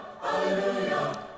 Hallelujah